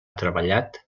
treballat